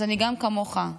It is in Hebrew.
אז אני גם, כמוך,